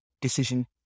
decision